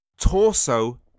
Torso